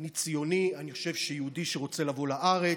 אני ציוני, אני חושב שיהודי שרוצה לבוא לארץ,